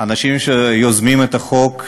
לאנשים שיזמו את החוק,